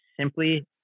simply